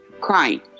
crying